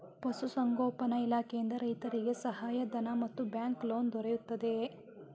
ಪಶು ಸಂಗೋಪನಾ ಇಲಾಖೆಯಿಂದ ರೈತರಿಗೆ ಸಹಾಯ ಧನ ಮತ್ತು ಬ್ಯಾಂಕ್ ಲೋನ್ ದೊರೆಯುತ್ತಿದೆಯೇ?